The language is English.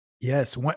Yes